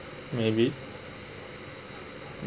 maybe